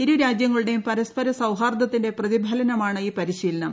ഇരുരാജ്യങ്ങളുടെയും പരസ്പര സൌഹാർദ്ദത്തിന്റെ പ്രിതിഫ്ലനമാണ് ഈ പരിശീലനം